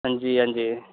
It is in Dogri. हां जी हां जी